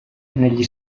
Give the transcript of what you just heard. negli